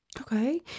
Okay